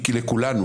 כי לכולנו,